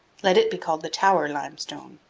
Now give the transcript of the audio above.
let it be called the tower limestone.